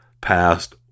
passed